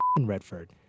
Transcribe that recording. Redford